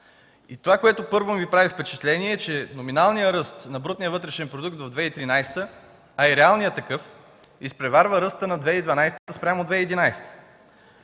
И това, което първо ми прави впечатление, е, че номиналният ръст на брутния вътрешен продукт в 2013 г., а и реалният такъв, изпреварва ръста на 2012 г. спрямо 2011 г.